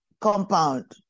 compound